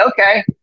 okay